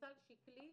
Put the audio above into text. לסל שקלי,